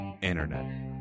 internet